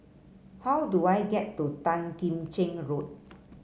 how do I get to Tan Kim Cheng Road